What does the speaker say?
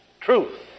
truth